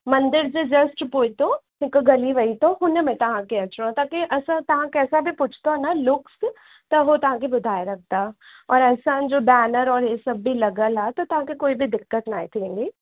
मंदर जे जस्ट पोइतो हिकु गली वई अथव हुन में तव्हांखे अचिणो आहे बाक़ी असां तव्हां कंहिं सां पुछंदव न लुक्स त उहो तव्हांखे ॿुधाए रखंदा और असांजो बैनर और इहे सभु बि लॻियलु आहे त तव्हांखे कोई बि दिक़त न थींदी